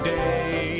day